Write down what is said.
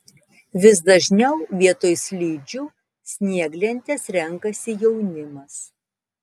vis dažniau vietoj slidžių snieglentes renkasi jaunimas